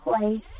place